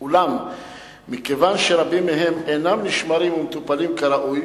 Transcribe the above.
אולם מכיוון שרבים מהם אינם נשמרים ומטופלים כראוי,